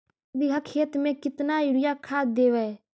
एक बिघा खेत में केतना युरिया खाद देवै?